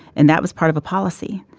and that was part of a policy.